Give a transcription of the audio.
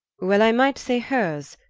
well i might say hers,